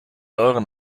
euren